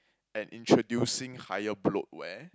and introducing higher bloatware